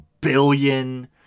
billion